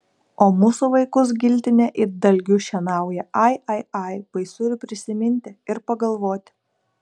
o mūsų vaikus giltinė it dalgiu šienauja ai ai ai baisu ir prisiminti ir pagalvoti